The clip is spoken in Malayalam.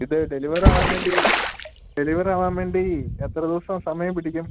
ഇത് ഡെലിവർ ആവാൻ വേണ്ടി ഡെലിവർ ആവാൻ വേണ്ടി എത്ര ദിവസം സമയം പിടിക്കും